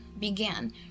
began